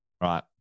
right